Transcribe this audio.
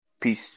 Peace